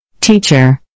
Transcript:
Teacher